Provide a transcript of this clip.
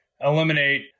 eliminate